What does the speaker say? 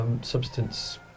substance